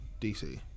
DC